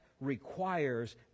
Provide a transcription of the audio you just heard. requires